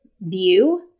view